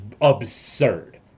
absurd